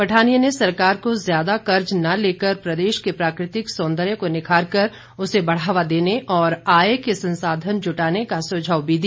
पठानिया ने सरकार को ज्यादा कर्ज न लेकर प्रदेश के प्राकृतिक सौंदर्य को निखारकर उसे बढ़ावा देने और आय के संसाधन जुटाने का सुझाव भी दिया